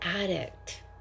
addict